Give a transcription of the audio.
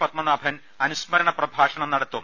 പത്മനാഭൻ അനുസ്മരണ പ്രഭാഷണം നടത്തും